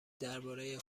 دربارهی